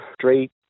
Straight